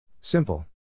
Simple